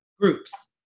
groups